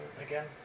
again